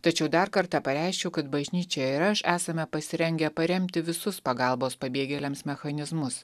tačiau dar kartą pareiškiu kad bažnyčia ir aš esame pasirengę paremti visus pagalbos pabėgėliams mechanizmus